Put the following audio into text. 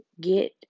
get